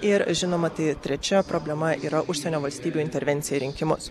ir žinoma tai trečia problema yra užsienio valstybių intervencija į rinkimus